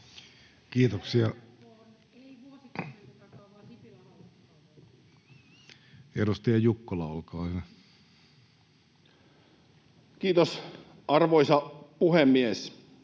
Kiitoksia. — Edustaja Jukkola, olkaa hyvä. Kiitos, arvoisa puhemies!